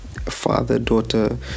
father-daughter